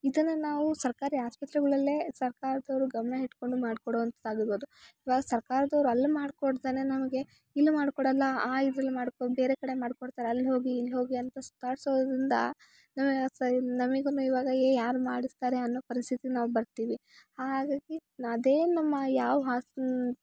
ಇದನ್ನ ನಾವು ಸರ್ಕಾರಿ ಆಸ್ಪತ್ರೆಗಳಲ್ಲೇ ಸರ್ಕಾರದವರು ಗಮನ ಇಟ್ಕೊಂಡು ಮಾಡ್ಕೋಡುವಂಥದ್ದು ಆಗಿರ್ಬೋದು ಇವಾಗ ಸರ್ಕಾರದವರು ಅಲ್ಲಿ ಮಾಡ್ಕೊಡ್ತಾರೆ ನಮಗೆ ಇಲ್ಲಿ ಮಾಡ್ಕೊಡಲ್ಲ ಆ ಇದ್ರಲ್ಲಿ ಮಾಡ್ಕೊ ಬೇರೆ ಕಡೆ ಮಾಡ್ಕೊಡ್ತಾರೆ ಅಲ್ಲಿ ಹೋಗಿ ಇಲ್ಲಿ ಹೋಗಿ ಅಂತ ಸುತ್ತಾಡಿಸೋದರಿಂದ ನಮಗೂನು ಇವಾಗ ಏ ಯಾರು ಮಾಡ್ಸ್ತಾರೆ ಅನ್ನೋ ಪರಿಸ್ಥಿತಿ ನಾವು ಬರ್ತೀವಿ ಹಾಗಾಗಿ ನ ಅದೇ ನಮ್ಮ ಯಾವ ಹಾಸ್ನ್